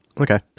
Okay